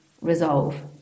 resolve